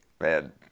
man